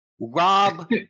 Rob